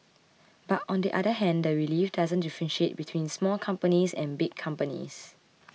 but on the other hand the relief doesn't differentiate between small companies and big companies